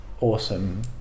awesome